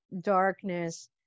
darkness